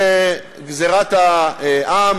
זה גזירת העם,